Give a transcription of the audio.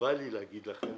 בא לי להגיד לכם,